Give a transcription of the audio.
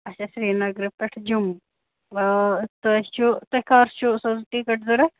اچھا سرینگرٕ پٮ۪ٹھ جوٚم تۄہہِ چھُو تۄہہِ کر چھُو سُہ حظ ٹِکَٹ ضوٚرَتھ